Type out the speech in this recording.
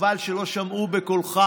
חבל שלא שמעו בקולך.